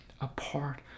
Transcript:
apart